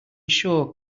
sure